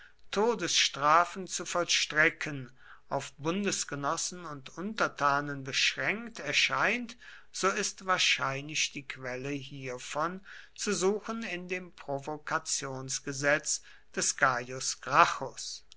todesstrafen zu vollstrecken auf bundesgenossen und untertanen beschränkt erscheint so ist wahrscheinlich die quelle hiervon zu suchen in dem provokationsgesetz des